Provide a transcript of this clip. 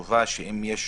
החשוב שהוא העלה שאם יש